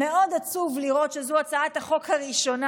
עצוב מאוד לראות שזאת הצעת החוק הראשונה